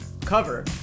cover